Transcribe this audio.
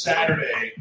Saturday